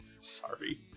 Sorry